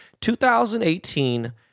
2018